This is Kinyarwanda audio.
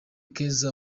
keza